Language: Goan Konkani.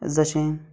जशें